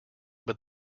but